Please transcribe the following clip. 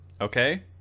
okay